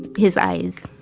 his eyes.